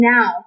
Now